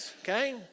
okay